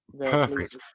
perfect